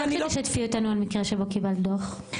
אני אשמח שתשתפי אותנו על מקרה שבו קיבלת דוח.